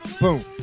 Boom